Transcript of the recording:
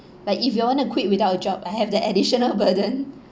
but if you want to quit without a job I have that additional burden